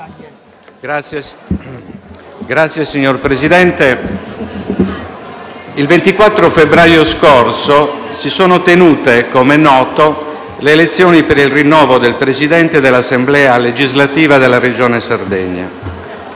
*(M5S)*. Signor Presidente, il 24 febbraio scorso si sono tenute, come noto, le elezioni per il rinnovo del Presidente e dell'Assemblea legislativa della Regione Sardegna.